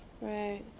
right